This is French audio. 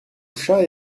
chat